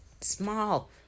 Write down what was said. small